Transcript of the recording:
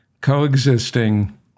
coexisting